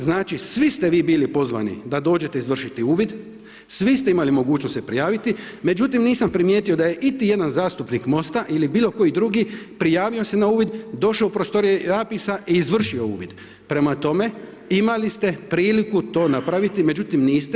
Znači, svi ste vi bili pozvani da dođete izvršiti uvid, svi ste imali mogućnost se prijaviti, međutim nisam primijetio da je iti jedan zastupnik MOST-a ili bilo koji drugi prijavio se na uvid, došo u prostorije APIS-a i izvršio uvid, prema tome imali ste priliku to napraviti, međutim niste.